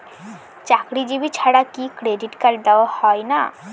চাকুরীজীবি ছাড়া কি ক্রেডিট কার্ড দেওয়া হয় না?